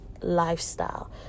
lifestyle